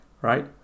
right